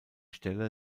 stelle